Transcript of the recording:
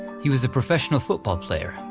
he was a professional football player,